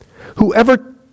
Whoever